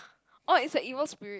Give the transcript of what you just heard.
oh it's a evil spirit